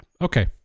Okay